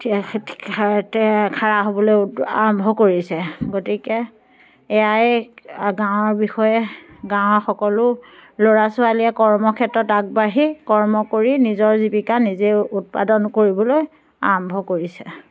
ঘৰতে খাৰা হ'বলে আৰম্ভ কৰিছে গতিকে এয়াই গাঁৱৰ বিষয়ে গাঁৱৰ সকলো ল'ৰা ছোৱালীয়ে কৰ্মক্ষেত্ৰত আগবাঢ়ি কৰ্ম কৰি নিজৰ জীৱিকা নিজে উৎপাদন কৰিবলৈ আৰম্ভ কৰিছে